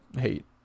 hate